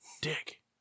Dick